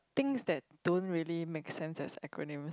things that don't really make sense as acronyms